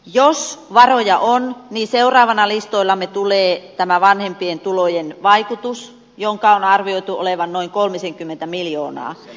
jos varoja on niin seuraavana listoillamme tulee tämä vanhempien tulojen vaikutus jonka on arvioitu olevan noin kolmisenkymmentä miljoonaa